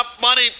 money